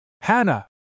Hannah